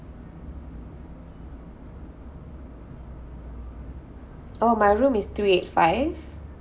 oh my room is two eight five